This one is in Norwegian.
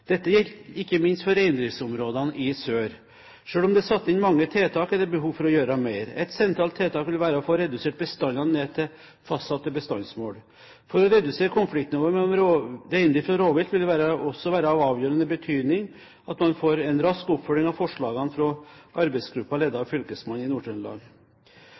Dette gjelder ikke minst for reindriftsområdene i sør. Selv om det er satt inn mange tiltak, er det behov for å gjøre mer. Et sentralt tiltak vil være å få redusert bestanden til fastsatte bestandsmål. For å redusere konfliktnivået mellom reindrift og rovvilt vil det også være av avgjørende betydning at man får en rask oppfølging av forslagene fra arbeidsgruppen ledet av fylkesmannen i